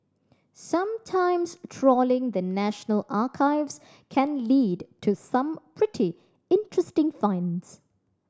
sometimes trawling the National Archives can lead to some pretty interesting finds